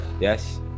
Yes